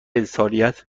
انسانیت